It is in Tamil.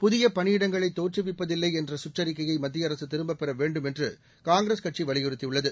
புதிய பணியிடங்களை தோற்றுவிப்பதில்லை என்ற சுற்றறிக்கையை மத்திய அரசு திரும்பப் பெற வேண்டும் என்று காங்கிரஸ் கட்சி வலியுறுத்தியுள்ளது